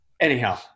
Anyhow